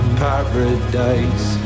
paradise